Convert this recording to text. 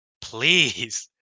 Please